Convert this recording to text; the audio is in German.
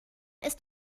ist